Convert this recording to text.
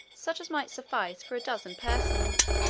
such as might suffice for a dozen persons,